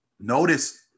Notice